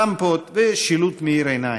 רמפות ושילוט מאיר עיניים.